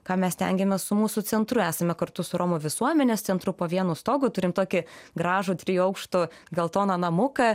ką mes stengiamės su mūsų centru esame kartu su romų visuomenės centru po vienu stogu turim tokį gražų trijų aukštų geltoną namuką